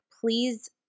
please